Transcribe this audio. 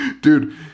Dude